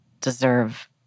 deserve